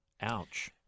Ouch